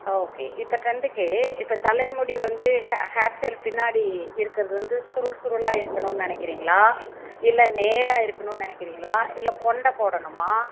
okay இப்போ ட்ரெண்டுக்கு இப்போ தலைமுடி வந்து ஹே ஹேர் ஸ்டைல் பின்னாடி இருக்கிறது வந்து சுருள் சுருளாக இருக்கணும்னு நினைக்கிறீங்களா இல்லை நேராக இருக்கணும்னு நினைக்கிறீங்களா இல்லை கொண்டை போடணுமா